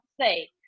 say